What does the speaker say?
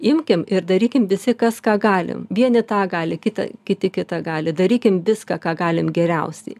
imkim ir darykim visi kas ką galim vieni tą gali kitą kiti kitą gali darykim viską ką galim geriausiai